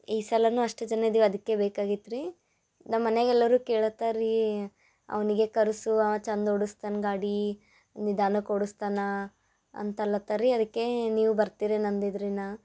ಈ ಸಲವೂ ಅಷ್ಟೇ ಜನ ಇದ್ದೀವಿ ಅದಕ್ಕೆ ಬೇಕಾಗಿತ್ತು ರೀ ನಮ್ಮ ಮನೆಗೆ ಎಲ್ಲರೂ ಕೇಳತ್ತಾರೆ ರೀ ಅವನಿಗೇ ಕರೆಸುವ ಚಂದ ಓಡಿಸ್ತಾನೆ ಗಾಡಿ ನಿಧಾನಕ್ಕೆ ಓಡಿಸ್ತಾನೆ ಅಂತಲ್ಲತ್ತರಿ ಅದಕ್ಕೆ ನೀವು ಬರ್ತಿರೇನು ಅಂದಿದ್ರಿನ